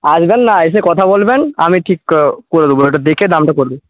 আসবেন না এসে কথা বলবেন আমি ঠিক করে দেবো ওটা দেখে দামটা করে দেবো